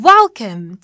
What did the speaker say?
Welcome